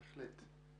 בהחלט.